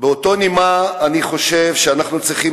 באותה נימה אני חושב שאנחנו צריכים